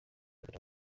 kandi